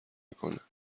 میکنه